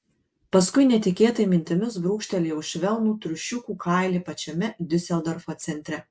paskui netikėtai mintimis brūkštelėjau švelnų triušiukų kailį pačiame diuseldorfo centre